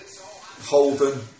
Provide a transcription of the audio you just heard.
Holden